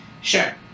sure